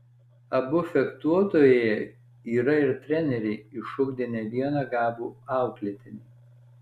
abu fechtuotojai yra ir treneriai išugdę ne vieną gabų auklėtinį